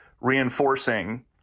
reinforcing